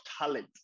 talent